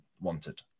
wanted